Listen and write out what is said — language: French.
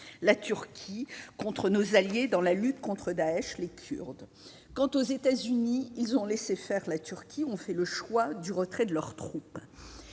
la Turquie, contre nos alliés dans la lutte contre Daech, les Kurdes. Quant aux États-Unis, ils ont laissé faire la Turquie et ont opté pour le retrait de leurs troupes.